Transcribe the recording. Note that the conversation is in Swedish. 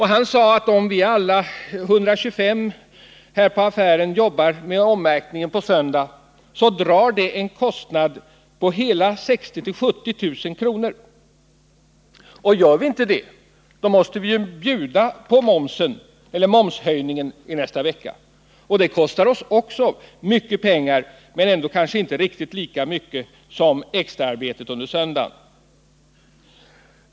Han sade, att om alla 125 i affären arbetar med ommärkningen på söndag, drar det en kostnad på hela 60 000-70 000 kr. Gör de inte detta måste de bjuda på momshöjningen i nästa vecka. Även det kostar mycket pengar, om än inte riktigt lika mycket som extraarbetet på söndag.